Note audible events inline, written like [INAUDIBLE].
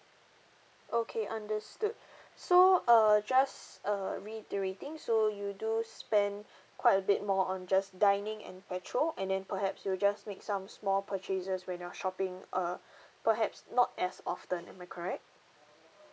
okay understood [BREATH] so uh just uh reiterating so you do spend quite a bit more on just dining and petrol and then perhaps you just make some small purchases when you're shopping uh [BREATH] perhaps not as often am I correct